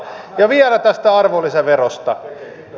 ja vielä tästä arvonlisäverosta